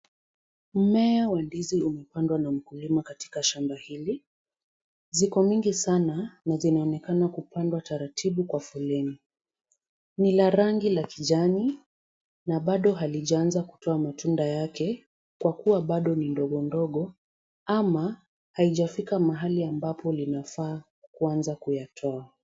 Mmea wa ndizi umepandwa na mkulima katika shamba hili. Ziko mingi sana na zinaonekana kupandwa taratibu kwa foleni. Ni la rangi la kijani na bado halijaanza kutoa matunda yake kwa kuwa bado ni ndogo ndogo ama haijafika mahali ambapo linafaa kuanza kuyatoa.